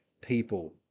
people